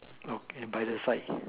okay by the side